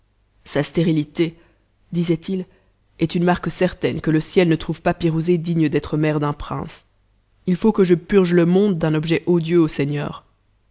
sa stérilité disait-il est une marque certaine que le ciel ne trouve pas pirouzé digne d'être mère d'un prince il faut que je purge le monde d'un objet odieux au seigneurs